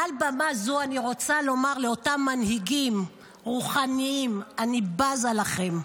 מעל במה זו אני רוצה לומר לאותם מנהיגים רוחניים: אני בזה לכם.